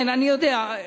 אני יודע.